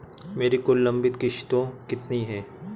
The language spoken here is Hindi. मेरी कुल लंबित किश्तों कितनी हैं?